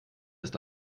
ist